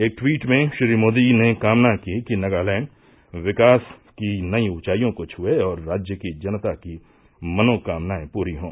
एक टवीट में श्री मोदी ने कामना की कि नगालैण्ड विकास की नई ऊंचाइयों को छए और राज्य की जनता की मनोकामनाएं पूरी हों